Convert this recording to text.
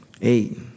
Eight